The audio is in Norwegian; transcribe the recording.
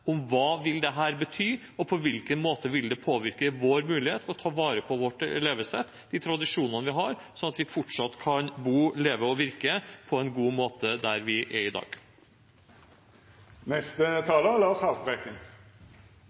hva dette vil bety, og på hvilken måte det vil påvirke vår mulighet til å ta vare på vårt levesett, de tradisjonene vi har, sånn at vi fortsatt kan bo, leve og virke på en god måte der vi er i dag. Vårt felles matfat, havet, er